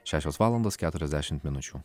šešios valandos keturiasdešimt minučių